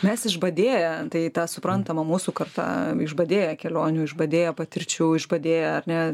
mes išbadėję tai ta suprantama mūsų karta išbadėję kelionių išbadėję patirčių išbadėję ar ne